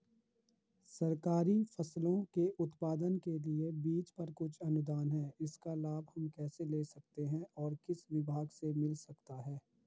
सरकारी फसलों के उत्पादन के लिए बीज पर कुछ अनुदान है इसका लाभ हम कैसे ले सकते हैं और किस विभाग से मिल सकता है?